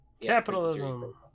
capitalism